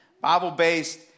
Bible-based